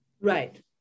Right